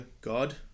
God